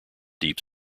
deep